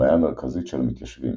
הבעיה המרכזית של המתיישבים,